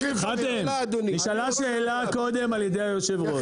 חתאם נשאלה שאלה קודם על ידי היושב ראש,